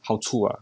好处啊